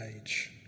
age